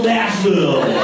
Nashville